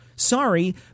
Sorry